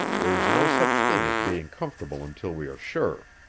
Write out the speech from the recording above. there's no such thing as being comfortable until we are sure.